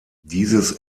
dieses